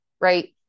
right